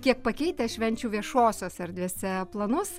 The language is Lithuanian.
kiek pakeitę švenčių viešosiose erdvėse planus